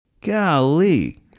golly